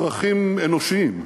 צרכים אנושים.